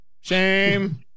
shame